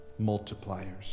multipliers